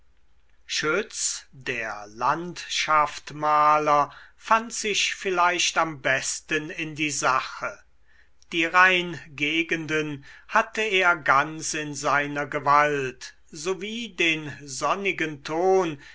schütz der landschaftmaler fand sich vielleicht am besten in die sache die rheingegenden hatte er ganz in seiner gewalt sowie den sonnigen ton